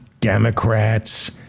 Democrats